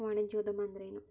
ವಾಣಿಜ್ಯೊದ್ಯಮಾ ಅಂದ್ರೇನು?